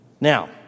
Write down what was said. Now